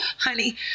honey